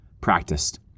practiced